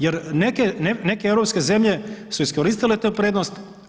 Jer neke europske zemlje su iskoristile tu prednost.